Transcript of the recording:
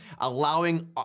allowing